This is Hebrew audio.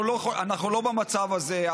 אנחנו לא במצב הזה.